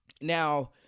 Now